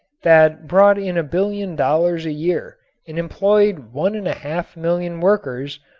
that brought in a billion dollars a year and employed one and a half million workers,